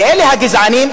ואלה הגזענים,